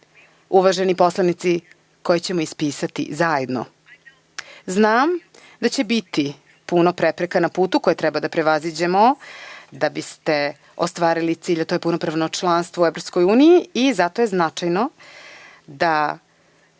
uvaženi poslanici, koji ćemo ispisati zajedno. Znam da će biti puno prepreka na putu koji treba da prevaziđemo da biste ostvarili cilj, a to je punopravno članstvo u Evropskoj uniji i zato je značajno da